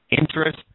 interest